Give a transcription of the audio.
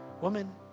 woman